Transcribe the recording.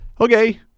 Okay